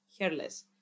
hairless